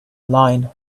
line